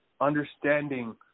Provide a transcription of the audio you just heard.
understanding